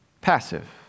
passive